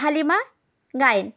Halima Gayen